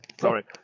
Sorry